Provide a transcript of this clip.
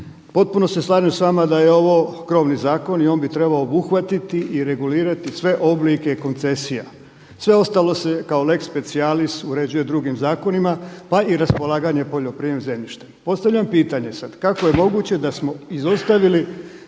Potpuno se slažem sa vama da je ovo krovni zakon i on bi trebao obuhvatiti i regulirati sve oblike koncesija. Sve ostalo se kao lex speciallis uređuje drugim zakonima pa i raspolaganje poljoprivrednim zemljištem. Postavljam pitanje sad kako je moguće da smo izostavili